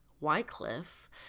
Wycliffe